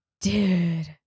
Dude